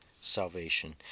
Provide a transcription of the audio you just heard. salvation